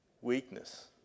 weakness